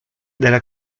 della